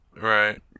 Right